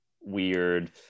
weird